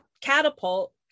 Catapult